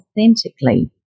authentically